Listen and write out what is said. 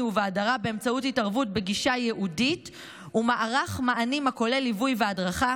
ובהדרה באמצעות התערבות בגישה ייעודית ומערך מענים הכולל ליווי והדרכה.